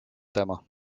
тема